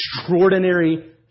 extraordinary